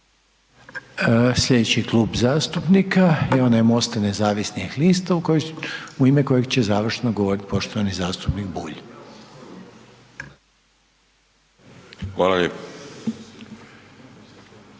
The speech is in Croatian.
Sljedeći Klub zastupnika je onaj Mosta i nezavisnih lista u ime kojeg će završno govoriti poštovani zastupnik Bulj. **Bulj,